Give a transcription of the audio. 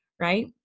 right